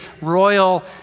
royal